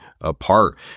apart